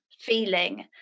feeling